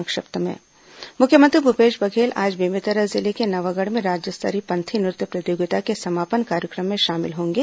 संक्षिप्त समाचार मुख्यमंत्री भूपेश बघेल आज बेमेतरा जिले के नवागढ़ में राज्य स्तरीय पंथी नृत्य प्रतियोगिता के समापन कार्यक्रम में शामिल होंगे